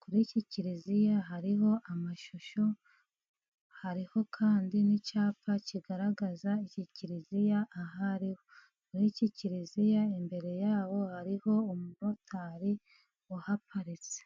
kuri kiliziya hariho amashusho, hariho kandi n'icyapa kigaragaza iki kiliziya, ahariho muri iki kiliziya imbere yaho hariho umumotari uhaparitse.